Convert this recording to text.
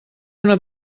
una